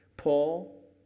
Paul